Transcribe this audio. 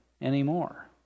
anymore